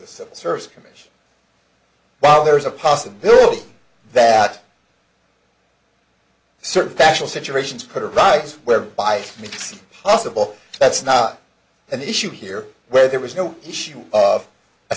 the civil service commission while there is a possibility that certain factual situations could arise whereby it makes possible that's not an issue here where there was no issue of a